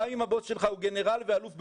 גם אם הבוס שלך הוא גנרל ואלוף בצה"ל,